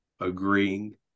agreeing